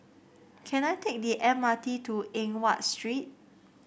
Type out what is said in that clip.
can I take the M R T to Eng Watt Street